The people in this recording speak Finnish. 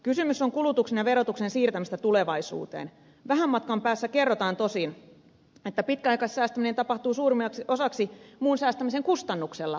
kysymys on kulutuksen ja verotuksen siirtämisestä tulevaisuuteen niin vähän matkan päässä kerrotaan että pitkäaikaissäästäminen tapahtuu suurimmaksi osaksi muun säästämisen kustannuksella